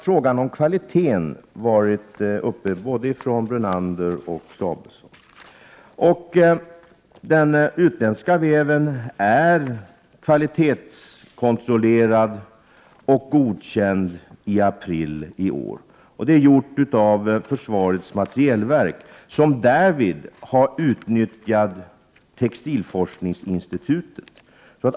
Frågan om kvaliteten har tagits upp av både Lennart Brunander och Marianne Samuelsson. Den utländska väven är kvalitetskontrollerad och godkänd i april i år. Kontrollen är gjord av försvarets materielverk, som därvid har utnyttjat textilforskningsinstitutet.